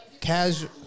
Casual